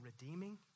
redeeming